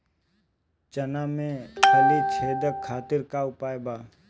चना में फली छेदक खातिर का उपाय बा?